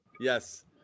Yes